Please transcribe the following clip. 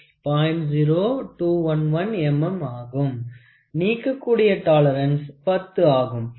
0211 mm நீக்கக்கூடிய tolerance 10 ஆகும்